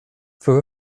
for